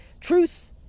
truth